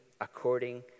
according